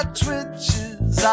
twitches